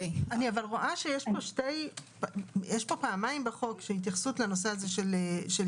אני רוצה לומר שיש פה פעמיים בחוק התייחסות לנושא של שנה.